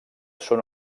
són